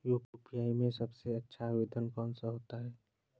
UPI में सबसे अच्छा आवेदन कौन सा होता है?